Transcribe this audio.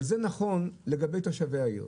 אבל זה נכון לגבי תושבי העיר.